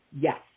Yes